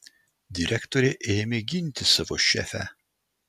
direktorė ėmė ginti savo šefę